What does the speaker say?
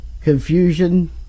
confusion